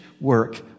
work